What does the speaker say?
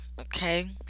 okay